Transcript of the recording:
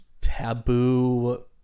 taboo